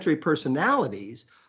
personalities